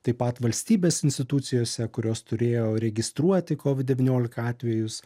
taip pat valstybės institucijose kurios turėjo registruoti kovid devyniolika atvejus